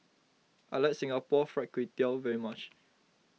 I like Singapore Fried Kway Tiao very much